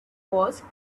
was